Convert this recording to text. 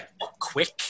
quick